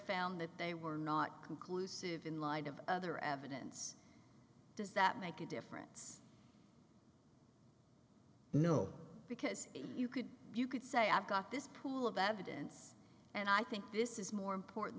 found that they were not conclusive in light of other evidence does that make a difference no because you could you could say i've got this pool of evidence and i think this is more important